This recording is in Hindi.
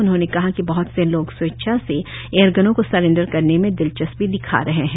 उन्होंने बताया कि बहत से लोग स्वेच्छा से एयरगनों को सेरेंडर करने में दिलचस्पी दिखा रहे है